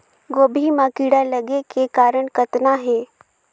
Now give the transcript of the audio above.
गोभी म कीड़ा लगे के कारण कतना हे?